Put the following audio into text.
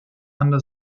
under